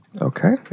Okay